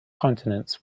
continents